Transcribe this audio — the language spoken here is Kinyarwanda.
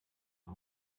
uba